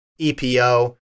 EPO